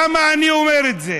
למה אני אומר את זה?